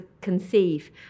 conceive